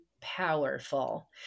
powerful